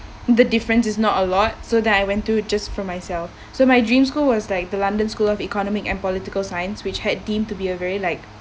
the difference is not a lot so that I went to just for myself so my dream school was like the london school of economic and political science which had deemed to be a very like